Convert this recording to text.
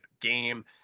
game